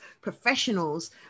professionals